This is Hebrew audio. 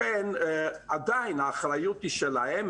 לכן עדיין האחריות היא של הם.